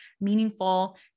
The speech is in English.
meaningful